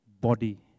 Body